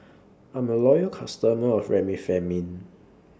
I'm A Loyal customer of Remifemin